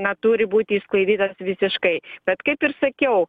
na turi būti išsklaidytas visiškai bet kaip ir sakiau